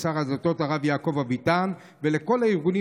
לשר הדתות הרב יעקב אביטן ולכל הארגונים